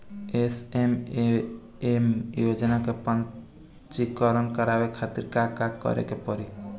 SMAM योजना में पंजीकरण करावे खातिर का का करे के पड़ी?